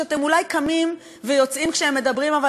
שאתם אולי קמים ויוצאים כשהן מדברות,